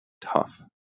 tough